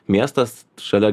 miestas šalia